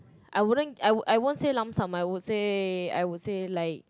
I wouldn't I won't say lump sum I would say I would say like